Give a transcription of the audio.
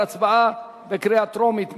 הצבעה בקריאה טרומית.